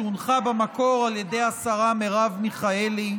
שהונחה במקור על ידי השרה מרב מיכאלי,